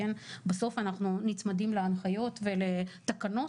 בסוף אנחנו נצמדים להנחיות ולתקנות,